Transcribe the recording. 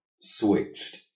switched